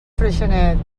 freixenet